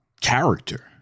character